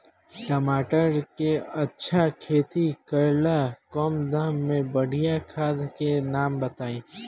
टमाटर के अच्छा खेती करेला कम दाम मे बढ़िया खाद के नाम बताई?